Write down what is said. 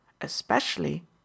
Especially